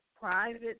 private